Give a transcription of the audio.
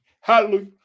Hallelujah